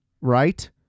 right